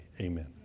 Amen